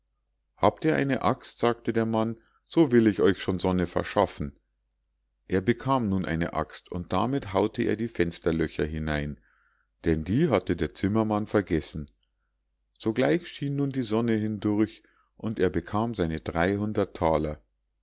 habt ihr eine axt sagte der mann so will ich euch schon sonne verschaffen er bekam nun eine axt und damit hau'te er die fensterlöcher hinein denn die hatte der zimmermann vergessen sogleich schien nun die sonne hindurch und er bekam seine dreihundert thaler